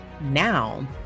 now